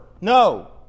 No